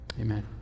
Amen